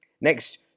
next